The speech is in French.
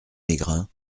mégrin